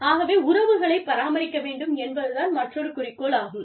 ஆகவே உறவுகளை பராமரிக்க வேண்டும் என்பது தான் மற்றொரு குறிக்கோள் ஆகும்